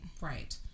Right